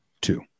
Two